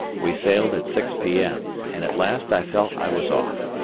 we sailed at six p m. and at last i felt i was off.